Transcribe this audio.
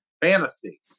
fantasy